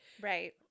Right